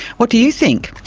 what do you think?